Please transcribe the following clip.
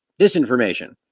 disinformation